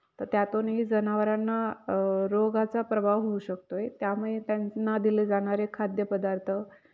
तर त्यातूनही जनावरांना रोगाचा प्रभाव होऊ शकतो आहे त्यामुळे त्यांना दिले जाणारे खाद्यपदार्थ